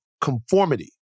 conformity